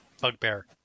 Bugbear